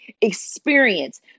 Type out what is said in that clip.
experience